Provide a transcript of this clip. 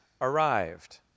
arrived